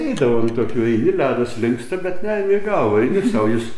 eidavom į tokių eini ledas linksta bet neimi į galvą eini sau jis